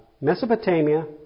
Mesopotamia